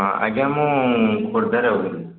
ହଁ ଆଜ୍ଞା ମୁଁ ଖୋର୍ଦ୍ଧାରେ ଅଛି